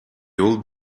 old